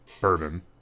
bourbon